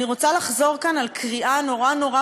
אני רוצה לחזור כאן על קריאה נורא נורא